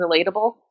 relatable